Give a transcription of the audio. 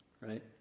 right